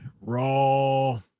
raw